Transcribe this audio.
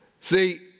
See